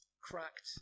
cracked